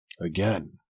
Again